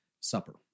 supper